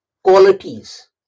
qualities